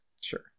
Sure